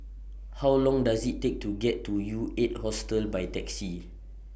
How Long Does IT Take to get to U eight Hostel By Taxi